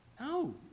No